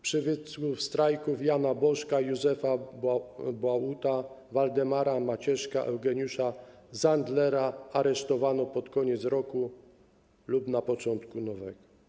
Przywódców strajku: Jana Bożka, Józefa Błauta, Waldemara Macieszka, Eugeniusza Zandlera aresztowano pod koniec roku lub na początku nowego.